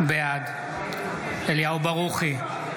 בעד אליהו ברוכי,